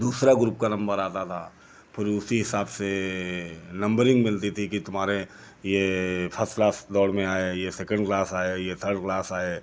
दूसरा ग्रुप का नंबर आता था फिर उसी हिसाब से नम्बरिंग मिलती थी कि तुम्हारे ये फस क्लास दौड़ में आया ये सेकेन्ड क्लास आया ये थर्ड क्लास आए